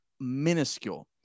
minuscule